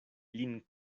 lin